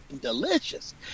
delicious